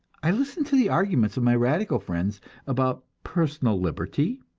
i listen to the arguments of my radical friends about personal liberty,